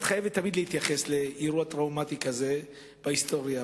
והכנסת חייבת תמיד להתייחס לאירוע טראומטי שכזה בהיסטוריה,